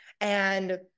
and-